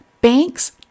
Banks